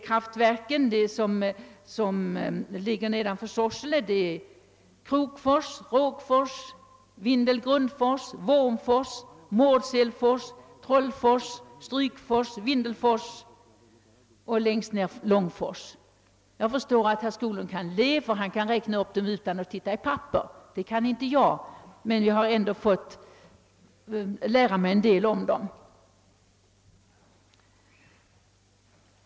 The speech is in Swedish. Kraftverken nedanför Sorsele är Krokfors, Rågfors, Vindel-Grundfors, Vormfors, Mårdselfors, Trollfors, Strykfors, Vindelfors och, längst ned, Långfors. Jag förstår, att herr Skoglund ler därför att han kan räkna upp dessa utan att titta i papper. Det kan alltså inte jag, men jag har ändå fått lära mig en del om dem.